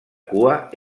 cua